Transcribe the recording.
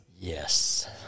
Yes